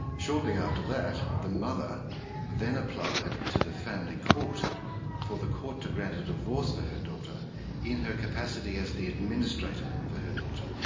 shortly after that, the mother then applied to the family court for the court to grant a divorce for her daughter in her capacity as the administrator for her daughter.